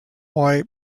white